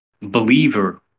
believer